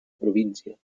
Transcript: província